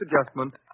adjustment